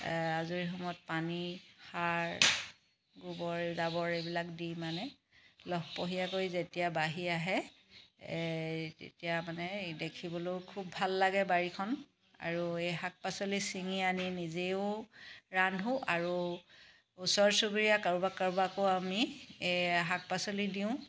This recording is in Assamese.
আজৰি সময়ত পানী সাৰ গোবৰ জাবৰ এইবিলাক দি মানে লহপহীয়াকৈ যেতিয়া বাঢ়ি আহে তেতিয়া মানে দেখিবলৈ খুব ভাল লাগে বাৰীখন আৰু এই শাক পাচলি ছিঙি আনি নিজেও ৰান্ধো আৰু ওচৰ চুবুৰীয়া কাৰোবাক কাৰোবাকো আমি শাক পাচলি দিওঁ